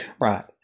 right